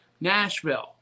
Nashville